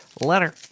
letter